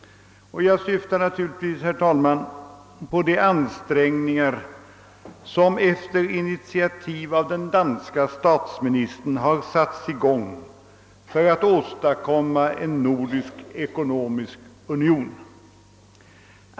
Jag syftar naturligtvis på de ansträngningar, som efter initiativ av den danske statsministern har satts i gång för "att åstadkomma en nordisk ekonomisk union.